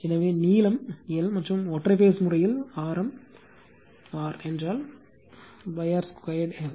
எனவே நீளம் எல் மற்றும் ஒற்றை பேஸ் முறையில் ஆர் ஆரம் என்றால் பை ஆர் 2 எல்